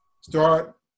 start